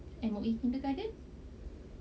M_O_E kindergarten